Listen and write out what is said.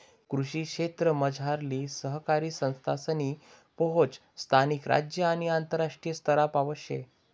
कृषी क्षेत्रमझारली सहकारी संस्थासनी पोहोच स्थानिक, राज्य आणि आंतरराष्ट्रीय स्तरपावत शे